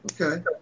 Okay